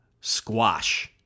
squash